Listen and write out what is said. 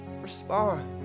Respond